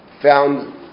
found